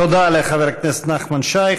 תודה לחבר הכנסת נחמן שי.